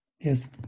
Yes